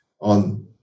on